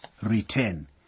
return